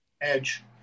Edge